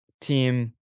team